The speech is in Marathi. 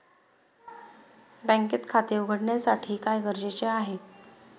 बँकेत खाते उघडण्यासाठी काय गरजेचे आहे?